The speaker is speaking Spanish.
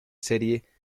serie